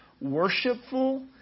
worshipful